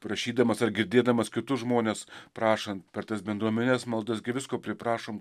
prašydamas ar girdėdamas kitus žmones prašan per tas bendruomenines maldas gi visko priprašom